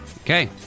Okay